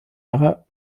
lehrer